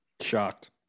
Shocked